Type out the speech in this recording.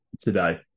today